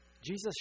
Jesus